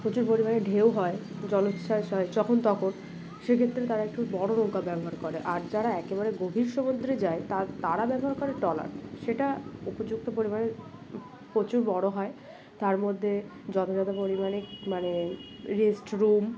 প্রচুর পরিমাণে ঢেউ হয় জলোচ্ছ্বাস হয় যখন তখন সেক্ষেত্রে তারা একটু বড় নৌকা ব্যবহার করে আর যারা একেবারে গভীর সমুদ্রে যায় তার তারা ব্যবহার করে ট্রলার সেটা উপযুক্ত পরিমাণে প্রচুর বড় হয় তার মধ্যে যথাযথ পরিমাণে মানে রেস্টরুম